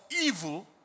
evil